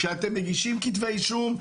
כשאתם מגישים כתבי אישום,